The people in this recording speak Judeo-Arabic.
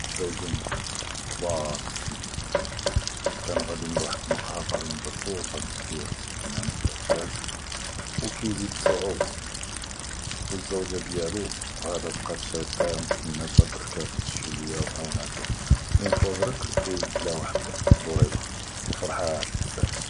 אלז’וג’ין כ’באר פ אלסן, כאן גאד’ין לוחד אלמקהא, באג’ין יברקו, ו אלר’ג’ל כ’באר מסיקין ענדהו אלע’כאז ו כיזיד ב סעובה, ו אלז’וג’ה דיאלו עאדה בקאת שדה מסקינה, תבר’קטו בשוווי ו ע’אונתו אין פווא ברק, ו יג’בד ליהא וחד אלוורידה ו פארחן בזאף.